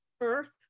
Earth